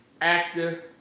active